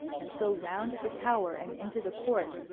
and so round the tower and into the court,